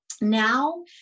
now